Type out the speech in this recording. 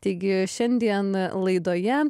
taigi šiandien laidoje